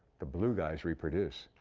the blue guys reproduce.